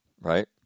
Right